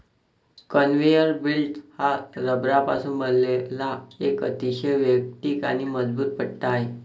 conveyor belt हा रबरापासून बनवलेला एक अतिशय वैयक्तिक आणि मजबूत पट्टा आहे